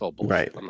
Right